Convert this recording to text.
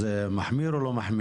זה מחמיר או לא מחמיר?